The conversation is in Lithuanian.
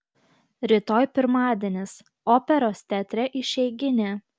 rytoj pirmadienis operos teatre išeiginė